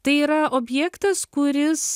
tai yra objektas kuris